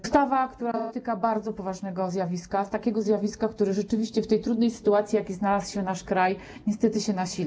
Ustawa dotyka bardzo poważnego zjawiska, takiego zjawiska, które rzeczywiście w tej trudnej sytuacji, w jakiej znalazł się nasz kraj, niestety się nasila.